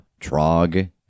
trog